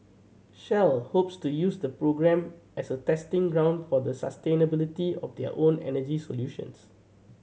shell hopes to use the program as a testing ground for the sustainability of their own energy solutions